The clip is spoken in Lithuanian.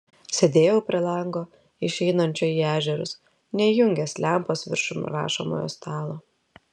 sėdėjau prie lango išeinančio į ežerus neįjungęs lempos viršum rašomojo stalo